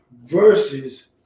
versus